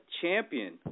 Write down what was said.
Champion